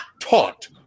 taught